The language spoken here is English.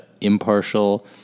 impartial